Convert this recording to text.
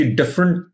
different